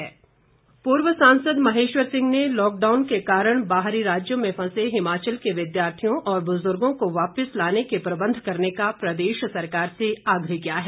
महेश्वर सिंह पूर्व सांसद महेश्वर सिंह ने लॉकडाउन के कारण बाहरी राज्यों में फंसे हिमाचल के विद्यार्थियों और बुजुर्गों को वापिस लाने के प्रबंध करने का प्रदेश सरकार से आग्रह किया है